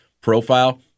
profile